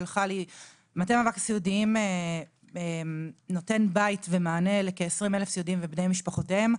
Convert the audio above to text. מטה מאבק הסיעודיים נותן בית ומענה לכ-20,000 סיעודיים ובני משפחותיהם.